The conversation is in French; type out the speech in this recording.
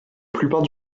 plupart